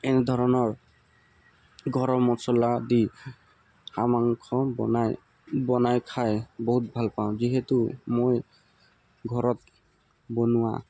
এনেধৰণৰ ঘৰৰ মচলা দি হাঁহ মাংস বনাই বনাই খাই বহুত ভাল পাওঁ যিহেতু মই ঘৰত বনোৱা